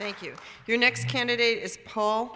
thank you your next candidate is paul